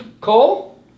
Cole